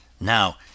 now